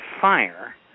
fire